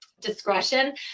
discretion